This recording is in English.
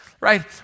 right